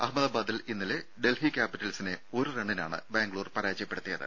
അഹമ്മദാബാദിൽ ഇന്നലെ ഡൽഹി ക്യാപ്പിറ്റൽസിനെ ഒരു റണ്ണിനാണ് ബാംഗ്ലൂർ പരാജയപ്പെടുത്തിയത്